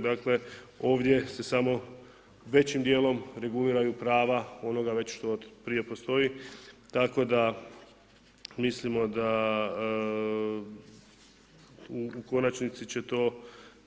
Dakle, ovdje se samo većim dijelom reguliraju prava onoga već što od prije postoji tako da mislimo da u konačnici će to